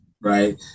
right